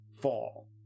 fall